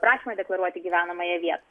prašymą deklaruoti gyvenamąją vietą